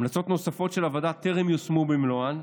המלצות נוספות של הוועדה טרם יושמו במלואן,